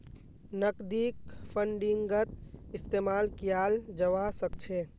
नकदीक फंडिंगत इस्तेमाल कियाल जवा सक छे